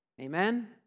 Amen